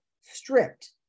stripped